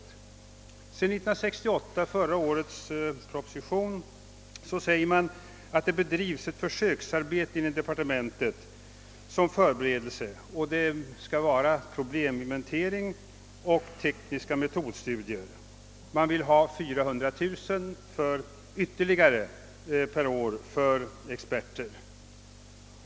I 1968 års statsverksproposition säger man att ett försöksarbete bedrivs inom departementet som förberedelse för ett arbete, som skall gälla probleminventering och tekniska metodstudier. Det begärs 400 000 kronor ytterligare för experter.